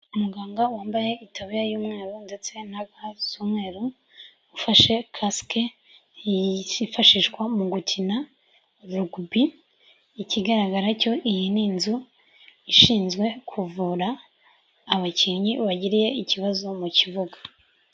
Umuganga wambaye itaburiya y'umweru ndetse na ga z'umweru, ufashe kasike ntifashishwa mu gukina rugby, ikigaragara cyo iyi ni inzu ishinzwe kuvura abakinnyi bagiriye ikibazo mu kibuga.